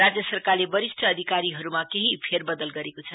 राज्य सरकारले वरिष्ठ अधिकारीहरुमा केही फेरबदल गरेको छ